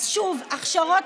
אז שוב, הכשרות,